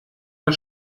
der